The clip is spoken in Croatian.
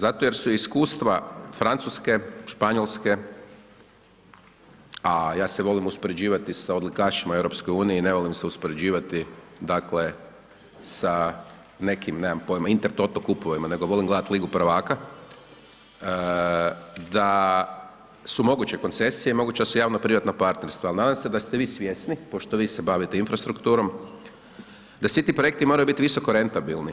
Zato jer su iskustva Francuske, Španjolske, a ja se volim uspoređivati sa odlikašima EU, ne volim se uspoređivati, dakle, sa nekim, nemam pojma, Intertoto kupovima, nego volim gledati Ligu prvaka, da su moguće koncesije, moguća su javno privatna partnerstva, ali nadam se da ste vi svjesni, pošto vi se bavite infrastrukturom, da svi ti projekti moraju biti visoko rentabilni